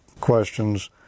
questions